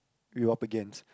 we were up against